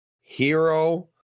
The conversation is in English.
hero